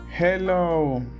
Hello